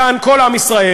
כאן כל עם ישראל,